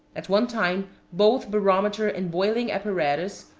at one time both barometer and boiling apparatus,